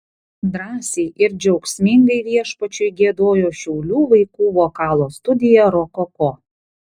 drąsiai ir džiaugsmingai viešpačiui giedojo šiaulių vaikų vokalo studija rokoko